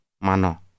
mano